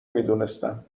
میدونستم